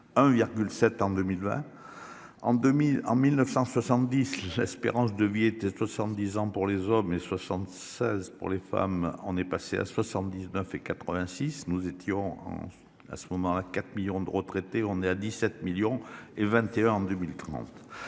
En 2000, en 1970, l'espérance de vie était 70 ans pour les hommes et 76 pour les femmes, on est passé à 79 et 86, nous étions. À ce moment-là 4 millions de retraités. On est à 17 millions et 21 en 2030.